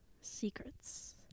Secrets